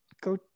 go